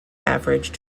averaged